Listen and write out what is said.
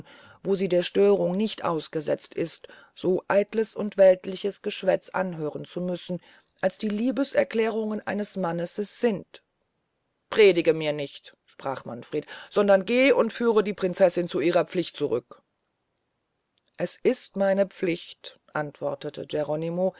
wo sie der störung nicht ausgesetzt ist so eitles und weltliches geschwätz anhören zu müssen als die liebeserklärungen eines mannes sind predige mir nicht sprach manfred sondern geh und führe die prinzessin zu ihrer pflicht zurück es ist meine pflicht antwortete geronimo